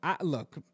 look